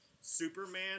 Superman